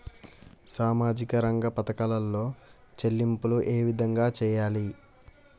సామాజిక రంగ పథకాలలో చెల్లింపులు ఏ విధంగా చేయాలి?